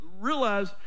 realize